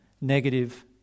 negative